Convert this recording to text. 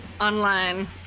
online